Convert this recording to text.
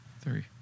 three